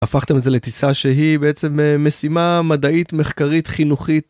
הפכת מזה לטיסה שהיא בעצם משימה מדעית מחקרית חינוכית.